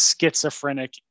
schizophrenic